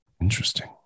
interesting